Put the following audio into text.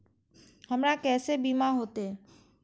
हमरा केसे बीमा होते?